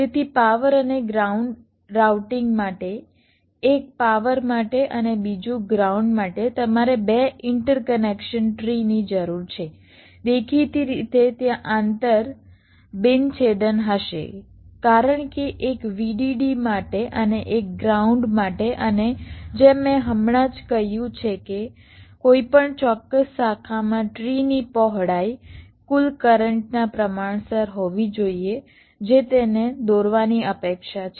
તેથી પાવર અને ground routing માટે એક પાવર માટે અને બીજું ગ્રાઉન્ડ માટે તમારે બે ઇન્ટરકનેક્શન ટ્રી ની જરૂર છે દેખીતી રીતે ત્યાં આંતર બિન છેદન હશે કારણ કે એક VDD માટે અને એક ગ્રાઉન્ડ માટે અને જેમ મેં હમણાં જ કહ્યું છે કે કોઈપણ ચોક્કસ શાખામાં ટ્રીની પહોળાઈ કુલ કરંટના પ્રમાણસર હોવી જોઈએ જે તેને દોરવાની અપેક્ષા છે